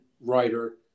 writer